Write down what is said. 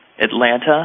Atlanta